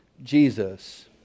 Jesus